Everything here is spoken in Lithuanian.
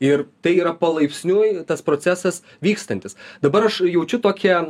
ir tai yra palaipsniui tas procesas vykstantis dabar aš jaučiu tokią